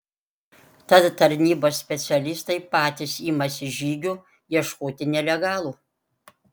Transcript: tad tarnybos specialistai patys imasi žygių ieškoti nelegalų